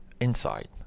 inside